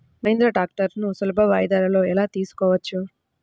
మహీంద్రా ట్రాక్టర్లను సులభ వాయిదాలలో ఎలా తీసుకోవచ్చు?